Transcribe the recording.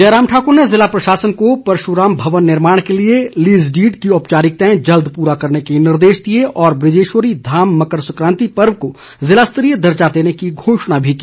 जयराम ठाकुर ने ज़िला प्रशासन को परशुराम भवन निर्माण के लिए लीज़ डीड की औपचारिकताएं जल्द पूरा करने के निर्देश दिए और ब्रजेश्वरी धाम मकर सकांति पर्व को ज़िला स्तरीय दर्ज़ा देने की घोषणा भी की